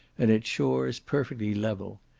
and its shores perfectly level.